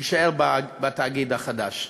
יישאר בתאגיד החדש.